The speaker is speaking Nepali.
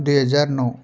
दुई हजार नौ